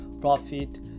profit